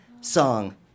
Song